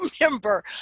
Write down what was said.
remember